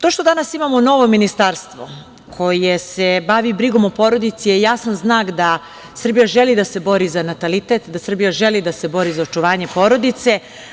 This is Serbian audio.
To što danas imamo novo ministarstvo koje se bavi brigom o porodici je jasan znak da Srbija želi da se bori za natalitet, da Srbija želi da se bori za očuvanje porodice.